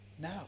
Now